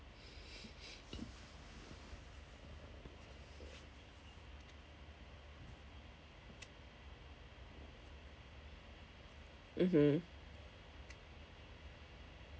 mmhmm